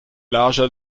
larger